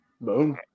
Boom